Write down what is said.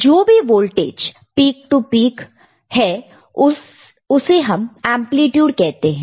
जो भी voltage peak to peak है उसे हम एंप्लीट्यूड कहते हैं